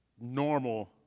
normal